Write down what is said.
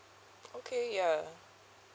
okay ya